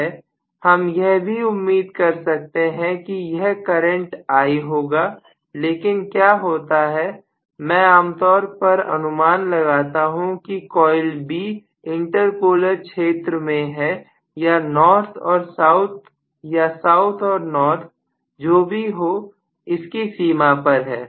हम यह भी उम्मीद कर सकते हैं कि यह करंट I होगा लेकिन क्या होता है मैं आमतौर पर अनुमान लगाता हूं कि कॉइल बी इंटरपोलर क्षेत्र में है या नॉर्थ और साउथ या साउथ और नॉर्थ जो भी हो इसकी सीमा पर है